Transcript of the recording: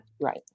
Right